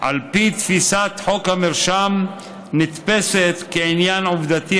על פי תפיסת חוק המרשם נתפסת כעניין עובדתי